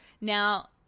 Now